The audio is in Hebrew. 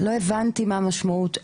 לא הבנתי מה המשמעות.